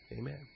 Amen